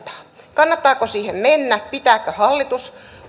kannattaako siihen mennä pitääkö hallitus